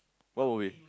what movie